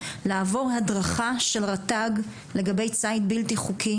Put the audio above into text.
לעבור הדרכה של רט"ג לגבי ציד בלתי חוקי,